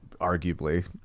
arguably